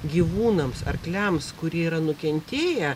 gyvūnams arkliams kurie yra nukentėję